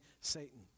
Satan